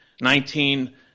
Nineteen